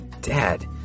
Dad